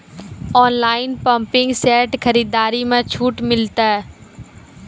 Online pumping set खरीदारी मे छूट मिलता?